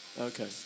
Okay